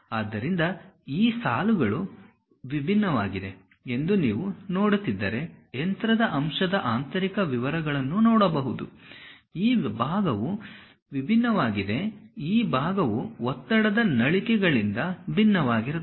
ಆದ್ದರಿಂದ ಈ ಸಾಲುಗಳು ವಿಭಿನ್ನವಾಗಿವೆ ಎಂದು ನೀವು ನೋಡುತ್ತಿದ್ದರೆ ಯಂತ್ರದ ಅಂಶದ ಆಂತರಿಕ ವಿವರಗಳನ್ನು ನೋಡಬಹುದು ಈ ಭಾಗವು ವಿಭಿನ್ನವಾಗಿದೆ ಈ ಭಾಗವು ಒತ್ತಡದ ನಳಿಕೆಗಳಿಂದ ಭಿನ್ನವಾಗಿರುತ್ತದೆ